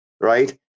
right